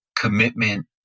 commitment